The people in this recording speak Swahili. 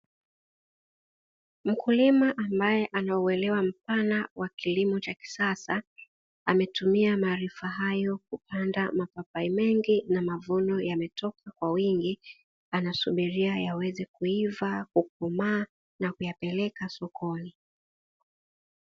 Mkulima ambaye anauelewa mpana wa kilimo cha kisasa ametumia maarifa hayo kupanda mapapai mengi na mavuno yametoka kwa wingi anasubiria yaweze kuiva, kukomaa na kuyapeleka sokoni.